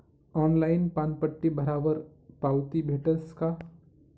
Online पानपट्टी भरावर पावती भेटस का?